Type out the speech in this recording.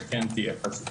שכן תהיה פה היוועצות.